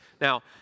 Now